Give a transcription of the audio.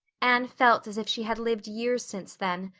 anne felt as if she had lived years since then,